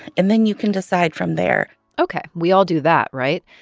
and then you can decide from there ok. we all do that, right?